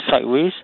sideways